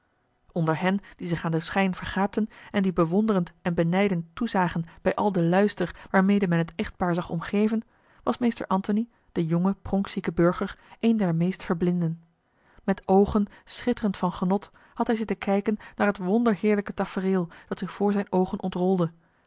onder hen die zich aan den schijn vergaapten en die bewonderd en benijdend toezagen bij al den luister waarmede men het echtpaar zag omgeven was meester antony de jonge pronkzieke burger een der meest verblinden met oogen schitterend van genot had hij zitten kijken naar het wonderheerlijke tafereel dat zich voor zijne oogen